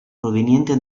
proveniente